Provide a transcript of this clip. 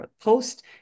post